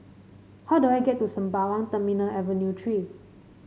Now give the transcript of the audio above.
how do I get to Sembawang Terminal Avenue Three